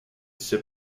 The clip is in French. sais